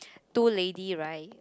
two lady right